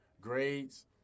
grades